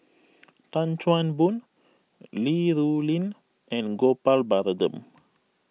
Tan Chan Boon Li Rulin and Gopal Baratham